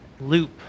loop